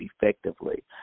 effectively